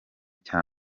cya